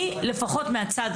אני רק אגיד לפרוטוקול,